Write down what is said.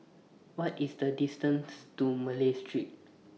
What IS The distance to Malay Street